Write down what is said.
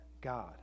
God